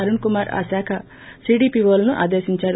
అరుణ్ కుమార్ ఆశాఖ సీడీపీఓలను ఆదేశించారు